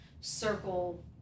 circle